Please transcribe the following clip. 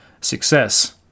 success